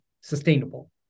sustainable